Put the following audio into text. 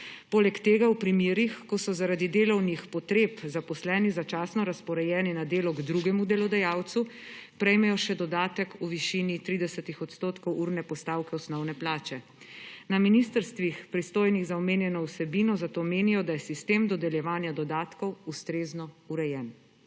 Poleg tega v primerih, ko so zaradi delovnih potreb zaposleni začasno razporejeni na delo k drugemu delodajalcu, prejmejo še dodatek v višini 30 odstotkov urne postave osnovne plače. Na ministrstvih, pristojnih za omenjeno vsebino, zato menijo, da je sistem dodeljevanja dodatkov ustrezno urejen.